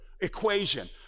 equation